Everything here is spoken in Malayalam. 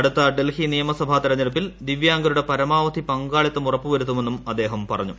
അടുത്ത ഡൽഹി നിയമസഭ തെരഞ്ഞെടുപ്പിൽ ദിവ്യാംഗരുടെ പരമാവധി പങ്കാളിത്തം ഉറപ്പുവരുത്തുമെന്നും ഇദ്ദേഹം പറഞ്ഞു